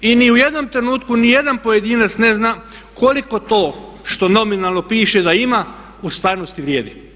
I ni u jednom trenutku niti jedan pojedinac ne zna koliko to što nominalno piše da ima u stvarnosti vrijedi.